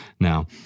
now